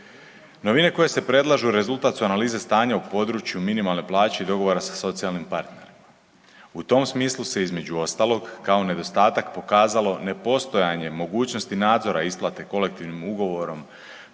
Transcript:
Novine koje se predlažu rezultat su analize stanja u području minimalne plaće i dogovora sa socijalnim partnerima. U tom smislu se između ostalog kao nedostatak pokazalo nepostojanje mogućnosti nadzora isplate kolektivnim ugovorom